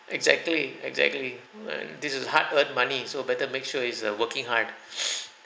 exactly exactly and this is hard-earned money so better make sure it's uh working hard